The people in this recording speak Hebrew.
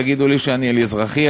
תגידו לי שאני על אזרחי,